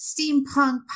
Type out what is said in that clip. steampunk